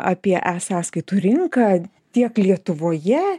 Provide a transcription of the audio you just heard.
apie e sąskaitų rinką tiek lietuvoje